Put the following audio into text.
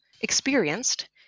experienced